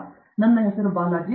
ಆದ್ದರಿಂದ ನನ್ನ ಹೆಸರು ಬಾಲಾಜಿ